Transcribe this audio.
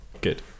Good